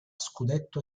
scudetto